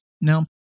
now